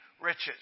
riches